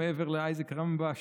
מעבר לאייזיק רמבה,